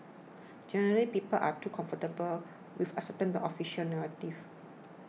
generally people are too comfortable with accepting the official narrative